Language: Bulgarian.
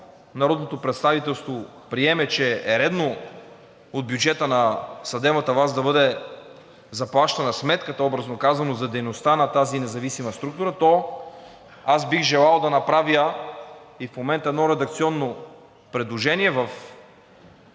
народното представителство приеме, че е редно от бюджета на съдебната власт да бъде заплащана сметката, образно казано, за дейността на тази независима структура, то аз бих желал да направя и в момента едно редакционно предложение в